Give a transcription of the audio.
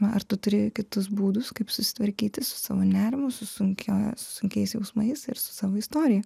ar tu turi kitus būdus kaip susitvarkyti su savo nerimu su sunkia sunkiais jausmais ir su savo istorija